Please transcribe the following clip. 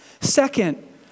Second